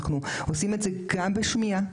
אנחנו עושים את זה גם בשמיעה,